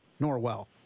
Norwell